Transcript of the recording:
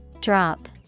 Drop